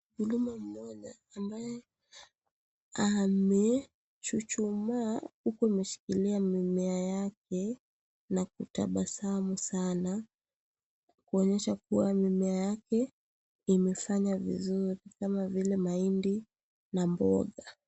Mkulima mmoja ambaye amechuchumaa huku ameshikilia mimea yake na kutabasamu sana kuonyesha kuwa mimea yake imefanya vizuri kama vile mahindi na mboga.